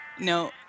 No